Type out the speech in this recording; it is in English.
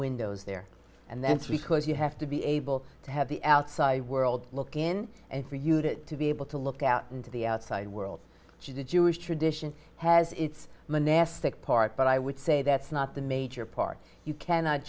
windows there and then three because you have to be able to have the outside world look in and for you to be able to look out into the outside world she did jewish tradition has its monastic part but i would say that's not the major part you cannot